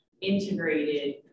integrated